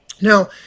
Now